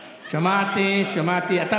נתקבלה.